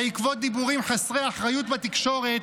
בעקבות דיבורים חסרי אחריות בתקשורת